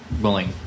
willing